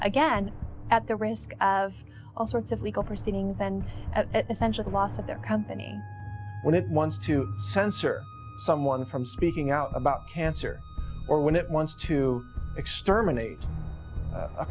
again at the risk of all sorts of legal proceedings and at essentially loss of their company when it wants to censor someone from speaking out about cancer or when it wants to exterminate